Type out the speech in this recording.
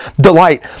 Delight